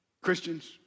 Christians